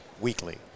weekly